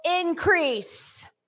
increase